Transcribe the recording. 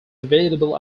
available